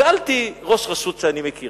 שאלתי ראש רשות שאני מכיר